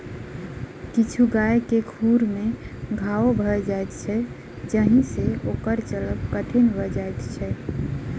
किछु गाय के खुर मे घाओ भ जाइत छै जाहि सँ ओकर चलब कठिन भ जाइत छै